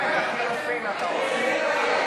קבוצת סיעת המחנה הציוני,